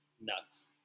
nuts